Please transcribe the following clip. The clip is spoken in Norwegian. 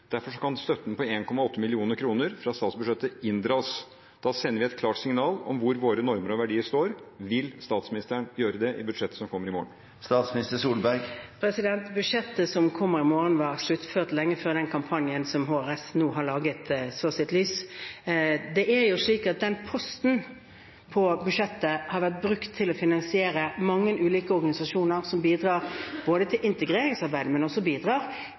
derfor kan støtten på 1,8 mill. kr fra statsbudsjettet inndras. Da sender vi et klart signal om hvor våre normer og verdier står. Vil statsministeren gjøre det i budsjettet som kommer i morgen? Budsjettet som kommer i morgen, var sluttført lenge før den kampanjen som HRS nå har laget, så dagens lys. Det er jo slik at den posten på budsjettet har vært brukt til å finansiere mange ulike organisasjoner som bidrar til integreringsarbeidet, men